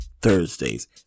Thursdays